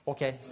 Okay